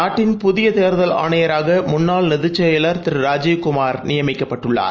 நாட்டின் புதியதேர்தல் ஆணையராகமுன்னாள் நிதிசெயலர் திருராஜீவ் குமார் நியமிக்கப்பட்டுள்ளார்